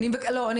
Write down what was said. לא,